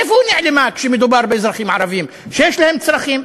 איפה הם נעלמו כשמדובר באזרחים ערבים שיש להם צרכים?